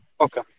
Okay